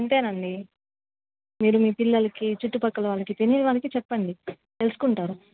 ఇంతే అండి మీరు మీ పిల్లలకు చుట్టుపక్కల వాళ్ళకి తెలియని వాళ్ళకి చెప్పండి తెలుసుకుంటారు